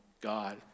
God